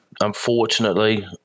Unfortunately